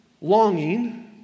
longing